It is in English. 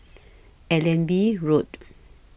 Allenby Road